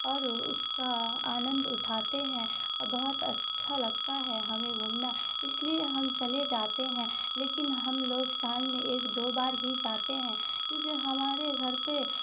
اور اس کا آنند اٹھاتے ہیں اور بہت اچھا لگتا ہے ہمیں گھومنا اس لیے ہم چلے جاتے ہیں لیکن ہم لوگ سال میں ایک دو بار ہی جاتے ہیں کیوںکہ ہمارے گھر پہ